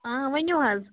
ؤنِو حظ